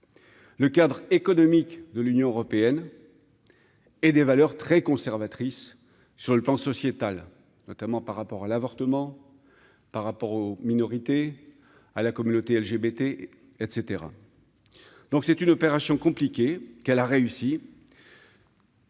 le cadre économique de l'Union européenne et des valeurs très conservatrice sur le plan sociétal, notamment par rapport à l'avortement par rapport aux minorités à la communauté LGBT etc donc c'est une opération compliquée qu'elle a réussi.